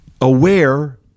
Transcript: aware